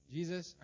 Jesus